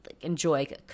enjoy